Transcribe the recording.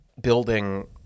building